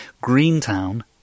Greentown